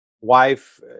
wife